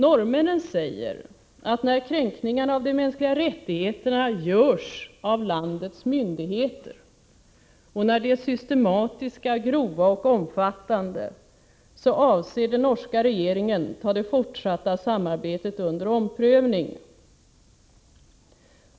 Norrmännen säger att när kränkningarna av de mänskliga rättigheterna görs av landets myndigheter och när de är systematiska, grova och omfattande, så avser den norska regeringen att ta det fortsatta samarbetet under omprövning.